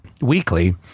weekly